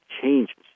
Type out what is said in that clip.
changes